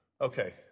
Okay